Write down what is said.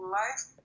life